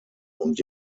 und